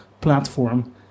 platform